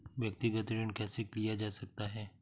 व्यक्तिगत ऋण कैसे लिया जा सकता है?